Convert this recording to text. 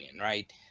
right